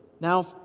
now